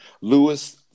lewis